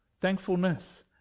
thankfulness